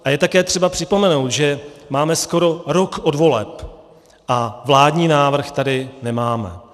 A je také třeba připomenout, že máme skoro rok od voleb a vládní návrh tady nemáme.